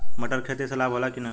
मटर के खेती से लाभ होला कि न?